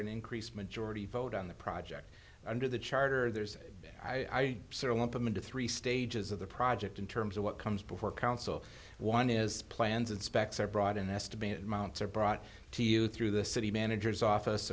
an increase majority vote on the project under the charter there's i sort of want them into three stages of the project in terms of what comes before council one is plans and specs are brought in estimated mounts are brought to you through the city manager's office